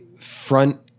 front